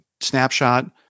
snapshot